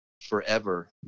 forever